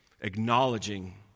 acknowledging